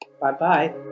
Bye-bye